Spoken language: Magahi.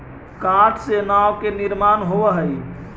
काठ से नाव के निर्माण होवऽ हई